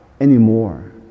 anymore